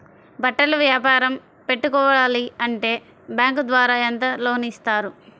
బట్టలు వ్యాపారం పెట్టుకోవాలి అంటే బ్యాంకు ద్వారా ఎంత లోన్ ఇస్తారు?